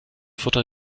futter